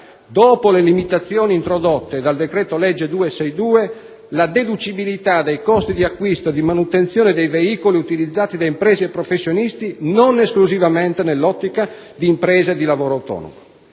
dopo le limitazioni introdotte dal decreto-legge n. 262 del 2006, la deducibilità dei costi di acquisto e di manutenzione dei veicoli utilizzati da imprese e professionisti non esclusivamente nell'ottica di imprese di lavoro autonomo.